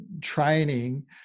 training